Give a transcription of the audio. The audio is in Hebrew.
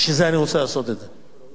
בשביל זה אני רוצה לעשות את זה.